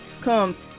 comes